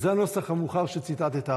וזה הנוסח המאוחר שציטטת.